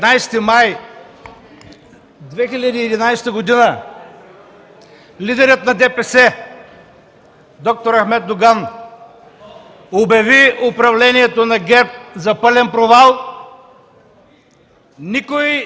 май 2011 г. лидерът на ДПС д-р Ахмед Доган обяви управлението на ГЕРБ за пълен провал, никой